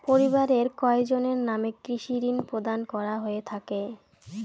পরিবারের কয়জনের নামে কৃষি ঋণ প্রদান করা হয়ে থাকে?